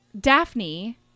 Daphne